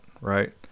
right